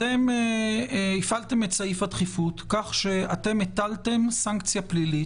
אתם הפעלתם את סעיף הדחיפות כך שאתם הטלתם סנקציה פלילית,